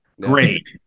Great